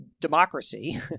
democracy